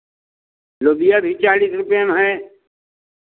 लोबिया भी चालीस रुपैया में है